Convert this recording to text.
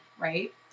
right